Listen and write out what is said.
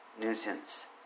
nuisance